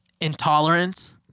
intolerance